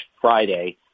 Friday